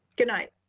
goodnight.